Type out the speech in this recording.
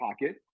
pocket